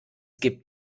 gibt